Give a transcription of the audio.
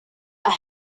are